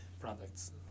products